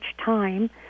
time